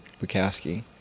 Bukowski